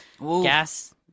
Gas